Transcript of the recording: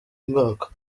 mwaka